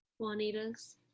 Juanitas